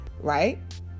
right